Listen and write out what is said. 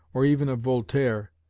or even of voltaire,